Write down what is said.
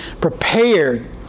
prepared